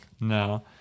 No